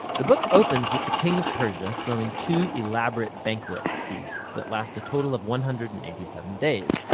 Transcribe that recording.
the book opens with the king of persia throwing two elaborate banquet feasts that last a total of one hundred and eighty seven days.